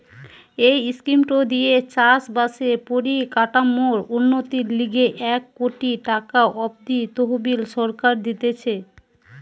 এই স্কিমটো দিয়ে চাষ বাসের পরিকাঠামোর উন্নতির লিগে এক কোটি টাকা অব্দি তহবিল সরকার দিতেছে